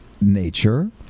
nature